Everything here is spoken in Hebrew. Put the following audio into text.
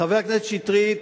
חבר הכנסת שטרית,